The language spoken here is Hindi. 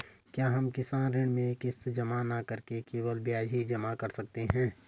क्या हम किसान ऋण में किश्त जमा न करके केवल ब्याज ही जमा कर सकते हैं?